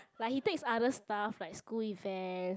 like he takes other stuff like school events